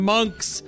Monks